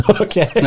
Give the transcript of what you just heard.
Okay